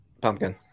Pumpkin